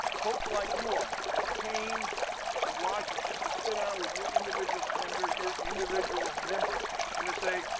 folks like you all that came to washington, to sit down with your individual senator, your individual member and to say,